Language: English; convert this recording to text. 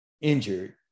injured